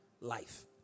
life